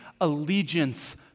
allegiance